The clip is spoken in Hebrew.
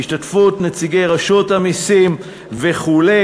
בהשתתפות נציגי רשות המסים וכו',